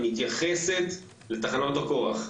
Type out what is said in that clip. היא מתייחסת לתחנות הכוח.